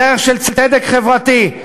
דרך של צדק חברתי,